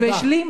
תודה רבה.